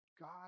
God